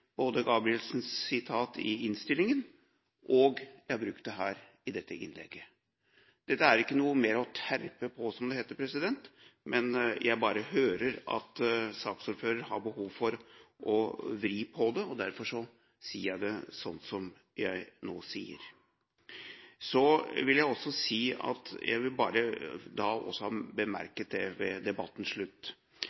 det i dette innlegget. Dette er ikke noe å terpe på, som det heter, men jeg hører at saksordføreren har behov for å vri på det, og derfor sier jeg det slik som jeg nå sier. Så vil jeg bare bemerke noe ved debattens slutt, som egentlig følger helt i resonnementet av dette. Det var representanten Foss som i sitt innlegg – eller kanskje i svarreplikken, jeg